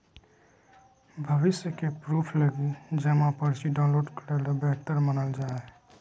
भविष्य के प्रूफ लगी जमा पर्ची डाउनलोड करे ल बेहतर मानल जा हय